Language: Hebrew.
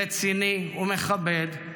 רציני ומכבד,